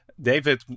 David